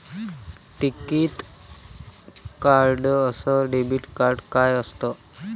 टिकीत कार्ड अस debit card काय असत?